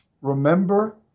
Remember